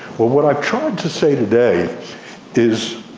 what what i've tried to say today is,